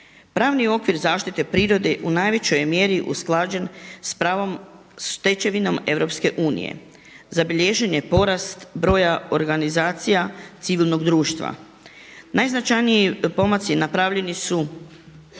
Pravni okvir zaštite prirode u najvećoj je mjeri usklađen sa pravnom stečevinom EU. Zabilježen je porast broja organizacija civilnog društva. Najznačajniji pomaci napravljeni su